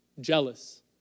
jealous